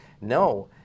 no